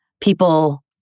People